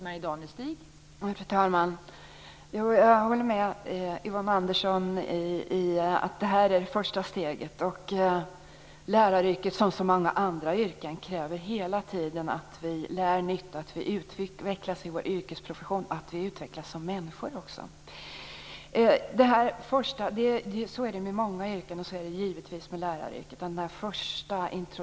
Fru talman! Jag håller med Yvonne Andersson om att det här är första steget. Läraryrket, liksom så många andra yrken, kräver hela tiden att vi lär nytt, att vi utvecklas i vår yrkesprofession och också att vi utvecklas som människor. Så är det alltså med många yrken och så är det givetvis också med läraryrket.